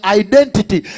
identity